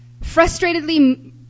frustratedly